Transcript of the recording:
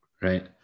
Right